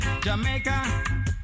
Jamaica